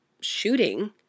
shooting